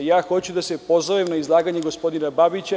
Ja hoću da se pozovem na izlaganje gospodina Babića…